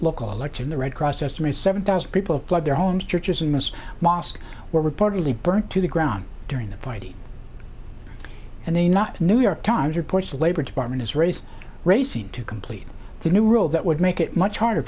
local election the red cross estimates seven thousand people have fled their homes churches and most mosques were reportedly burnt to the ground during the fighting and they not new york times reports the labor department is race racing to complete the new rule that would make it much harder